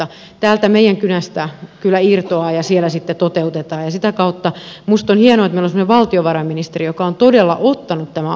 täältä meidän kynästämme kyllä irtoaa ja siellä sitten toteutetaan ja sitä kautta minusta on hienoa että meillä on semmoinen valtiovarainministeri joka on todella ottanut tämän asiakseen